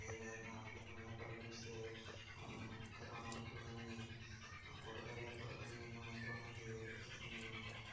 అదేవిధంగా ఎన్నో వ్యాపారాలు చూస్తే కిరాణా కొట్టు కాని కూరగాయల వ్యాపారం కానీ ఎన్నో ఎంతో మంది అతని